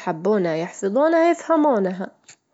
الأمور يعني متلًا، أحبه بصراحة.